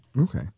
Okay